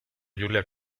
julia